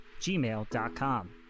gmail.com